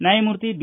ನ್ಯಾಯಮೂರ್ತಿ ಬಿ